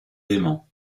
léman